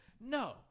No